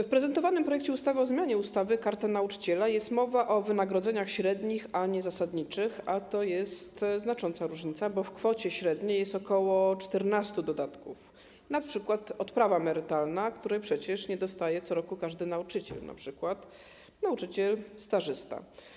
W prezentowanym projekcie ustawy o zmianie ustawy Karta Nauczyciela jest mowa o wynagrodzeniach średnich, a nie zasadniczych, a to jest znacząca różnica, bo w kwocie średniej jest ok. 14 dodatków np. odprawa emerytalna, której przecież nie dostaje co roku każdy nauczyciel, np. nauczyciel stażysta.